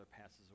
passes